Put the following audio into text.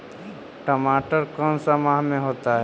टमाटर कौन सा माह में होता है?